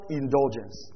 indulgence